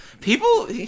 People